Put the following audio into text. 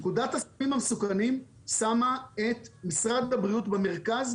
פקודם הסמים המסוכנים שמה את משרד הבריאות במרכז,